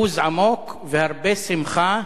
בוז עמוק והרבה שמחה.